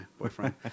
boyfriend